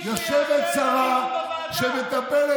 יושבת שרה שמטפלת,